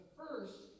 first